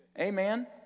Amen